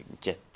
get